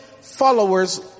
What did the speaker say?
followers